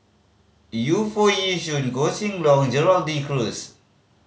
Yu Foo Yee Shoon Koh Seng Leong Gerald De Cruz